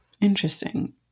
Interesting